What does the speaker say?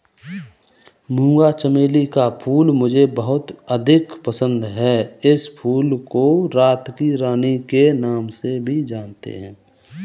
मूंगा चमेली का फूल मुझे बहुत अधिक पसंद है इस फूल को रात की रानी के नाम से भी जानते हैं